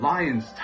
Lions